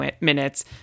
minutes